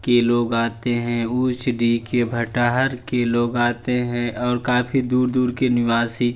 के लोग आते हैं उचडी के भटहर के लोग आते हैं और काफी दूर दूर के निवासी